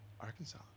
Arkansas